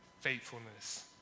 faithfulness